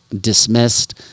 dismissed